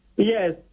Yes